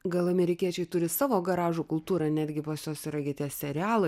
gal amerikiečiai turi savo garažų kultūrą netgi pas juos yra gi tie serialai